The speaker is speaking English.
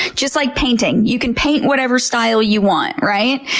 just like painting. you can paint whatever style you want, right?